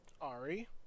Ari